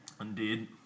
Indeed